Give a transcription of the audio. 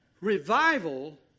Revival